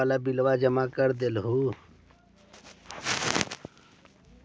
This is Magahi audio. लोनिया वाला बिलवा जामा कर देलहो?